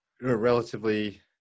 relatively